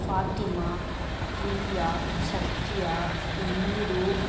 Fathima Priya Sathya Hindu